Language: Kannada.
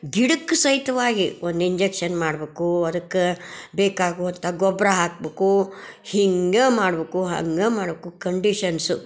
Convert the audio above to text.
ಗಿಡಕ್ಕೆ ಸಹಿತವಾಗಿ ಒಂದು ಇಂಜೆಕ್ಷನ್ ಮಾಡ್ಬೇಕು ಅದಕ್ಕೆ ಬೇಕಾಗುವಂಥ ಗೊಬ್ಬರ ಹಾಕ್ಬೇಕು ಹಿಂಗೆ ಮಾಡ್ಬೇಕು ಹಂಗ ಮಾಡ್ಬೇಕು ಕಂಡೀಷನ್ಸು